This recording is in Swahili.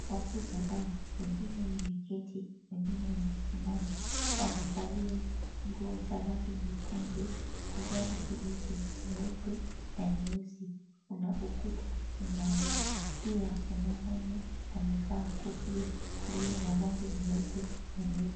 Watu kadhaa wengine wameketi wengine wamesimama wamevalia nguo za rangi nyekundu, kijani kibichi, nyeupe na nyeusi kuna ukuta nyuma yao pia kuna mwenye amevaa kofia iliyonarangi nyeupe na nyeusi.